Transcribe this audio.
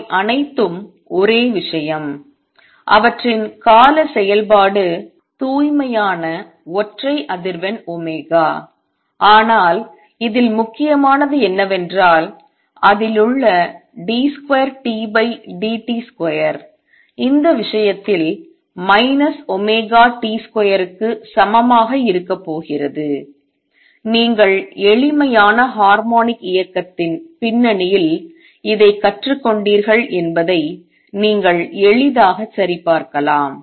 அவை அனைத்தும் ஒரே விஷயம் அவற்றின் கால செயல்பாடு தூய்மையான ஒற்றை அதிர்வெண் ஒமேகா ஆனால் இதில் முக்கியமானது என்னவென்றால் அதிலுள்ள d2Tdt2 இந்த விஷயத்தில் T2க்கு சமமாக இருக்கப் போகிறது நீங்கள் எளிமையான ஹார்மோனிக் இயக்கத்தின் பின்னணியில் இதைக் கற்றுக்கொண்டீர்கள் என்பதை நீங்கள் எளிதாகச் சரிபார்க்கலாம்